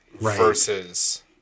versus